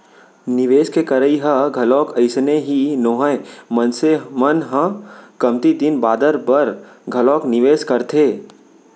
निवेस के करई ह घलोक अइसने ही नोहय मनसे मन ह कमती दिन बादर बर घलोक निवेस करथे